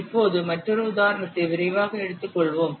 இப்போது மற்றொரு உதாரணத்தை விரைவாக எடுத்துக்கொள்வோம்